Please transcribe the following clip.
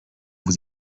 vous